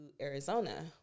Arizona